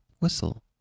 whistle